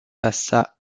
passa